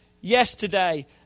yesterday